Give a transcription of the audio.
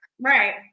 Right